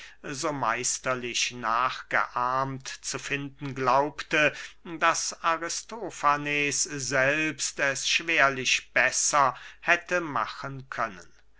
so meisterlich nachgeahmt zu finden glaubte daß aristofanes selbst es schwerlich besser hätte machen können